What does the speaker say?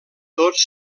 tots